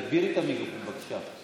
הדמוקרטיה הישראלית קורסת אל מול עיניך,